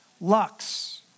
lux